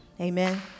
Amen